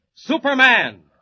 Superman